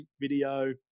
video